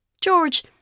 George